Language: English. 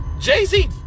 Jay-Z